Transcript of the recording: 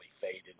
faded